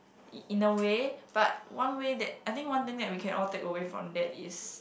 in in a way but one way that I think one thing that we can all take away from that is